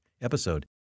episode